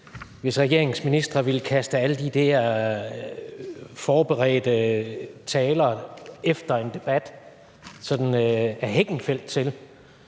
hvis regeringens ministre ville kaste alle de idéer og forberedte taler efter en debat ad hekkenfeldt til.